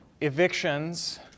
evictions